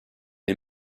est